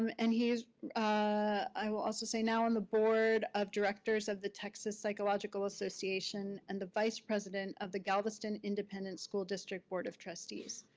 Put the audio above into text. um and i will also say now on the board of directors of the texas psychological association and the vice president of the galveston independent school district board of trustees.